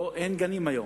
אין גנים היום.